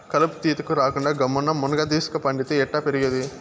కలుపు తీతకు రాకుండా గమ్మున్న మున్గదీస్క పండితే ఎట్టా జరిగేది